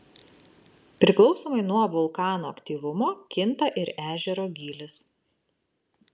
priklausomai nuo vulkano aktyvumo kinta ir ežero gylis